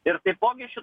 ir taipogi ši